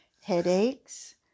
headaches